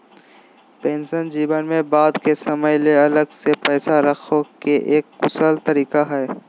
pension जीवन में बाद के समय ले अलग से पैसा रखे के एक कुशल तरीका हय